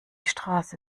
straße